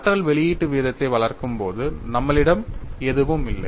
ஆற்றல் வெளியீட்டு வீதத்தை வளர்க்கும் போது நம்மளிடம் எதுவும் இல்லை